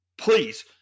Please